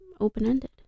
open-ended